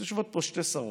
אז יושבות פה שתי שרות.